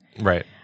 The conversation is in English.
Right